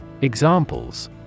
Examples